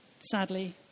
sadly